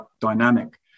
dynamic